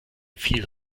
viel